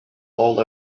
all